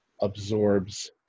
absorbs